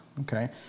okay